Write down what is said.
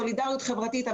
סולידריות חברתית,